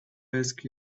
asked